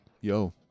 yo